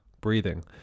breathing